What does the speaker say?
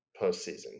postseason